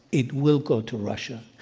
it will go to russia.